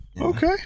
okay